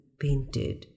painted